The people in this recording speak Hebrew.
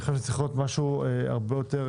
זה צריך להיות משהו הרבה יותר